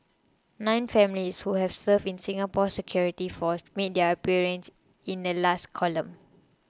nine families who have served in Singapore's security forces made their appearance in the last column